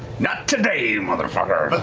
not today, motherfucker! but